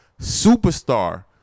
superstar